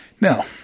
Now